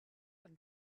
and